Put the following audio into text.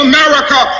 America